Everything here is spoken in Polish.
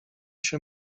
się